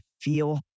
feel